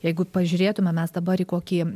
jeigu pažiūrėtume mes dabar į kokį